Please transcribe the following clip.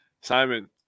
Simon